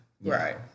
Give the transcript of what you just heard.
Right